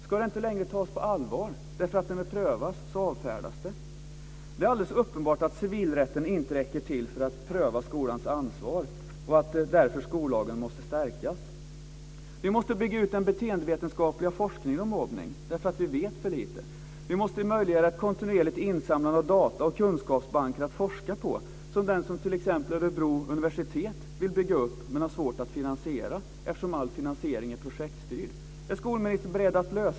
Ska det inte längre tas på allvar därför att när det prövas avfärdas det? Det är alldeles uppenbart att civilrätten inte räcker till för att pröva skolans ansvar och att skollagen därför måste stärkas. Vi måste bygga ut den beteendevetenskapliga forskningen om mobbning, eftersom vi vet för lite. Vi måste möjliggöra ett kontinuerligt insamlande av data och kunskapsbanker att forska på, som t.ex. den som Örebro universitet vill bygga upp men har svårt att finansiera eftersom all finansiering är projektstyrd.